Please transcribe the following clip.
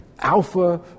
Alpha